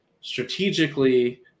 strategically